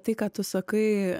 tai ką tu sakai